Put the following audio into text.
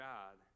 God